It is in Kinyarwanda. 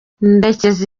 ndekezi